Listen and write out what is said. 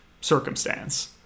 circumstance